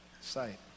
sight